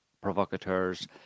provocateurs